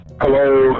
Hello